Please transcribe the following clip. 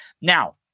Now